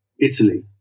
Italy